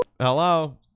Hello